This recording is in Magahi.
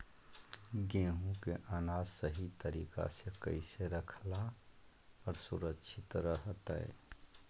गेहूं के अनाज सही तरीका से कैसे रखला पर सुरक्षित रहतय?